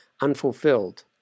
unfulfilled